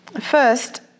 First